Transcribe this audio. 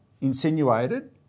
insinuated